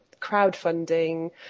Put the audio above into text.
crowdfunding